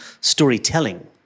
storytelling